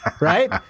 Right